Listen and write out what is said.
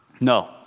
No